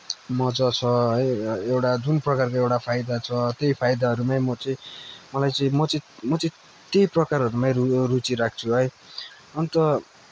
मजा छ है एउटा जुन प्रकारको एउटा फाइदा छ त्यही फाइदाहरूमै म चाहिँ मलाई चाहिँ म चाहिँ म चाहिँ त्यही प्रकारहरूमै रु रुचि राख्छु है अन्त